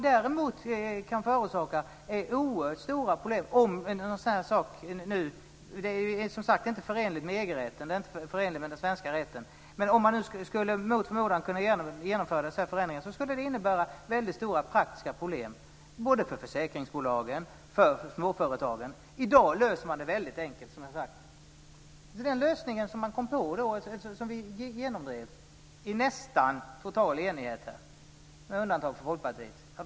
Det är inte förenligt med EG-rätten eller den svenska rätten, men om ni mot förmodan skulle genomföra dessa förändringar skulle det innebära väldigt stora praktiska problem både för försäkringsbolagen och för småföretagen. I dag löser man det väldigt enkelt, som jag har sagt, med den lösning som vi genomdrev i nästan total enighet - med undantag för Folkpartiet.